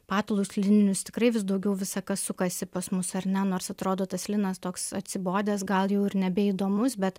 patalus lininius tikrai vis daugiau visa kas sukasi pas mus ar ne nors atrodo tas linas toks atsibodęs gal jau ir nebeįdomus bet